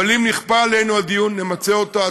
אבל אם נכפה עלינו הדיון, נמצה אותו עד תום.